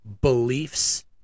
beliefs